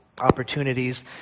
opportunities